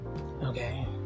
okay